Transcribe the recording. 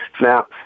Now